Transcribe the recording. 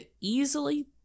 easily